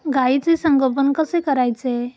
गाईचे संगोपन कसे करायचे?